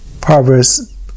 Proverbs